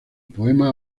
poema